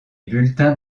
bulletins